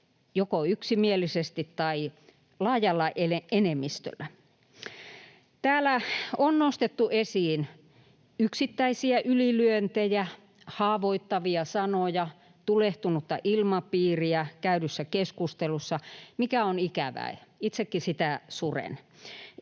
joko yksimielisesti tai laajalla enemmistöllä. Täällä on nostettu esiin yksittäisiä ylilyöntejä, haavoittavia sanoja, tulehtunutta ilmapiiriä käydyssä keskustelussa, mikä on ikävää, ja itsekin sitä suren.